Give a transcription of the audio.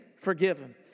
forgiven